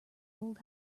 old